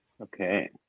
okay